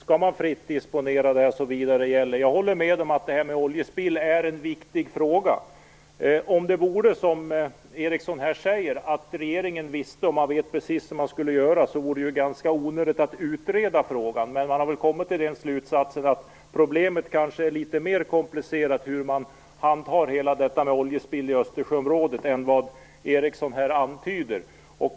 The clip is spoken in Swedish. Herr talman! Jag håller med om att oljespill är en viktig fråga. Om det vore som Ericsson säger att regeringen vet precis hur man skall göra, skulle det vara ganska onödigt att utreda frågan. Men man har kommit till slutsatsen att problemet med hur man handhar oljespill i Östersjöområdet kanske är mer komplicerat än vad Ericsson antyder här.